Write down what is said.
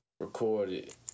recorded